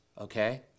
okay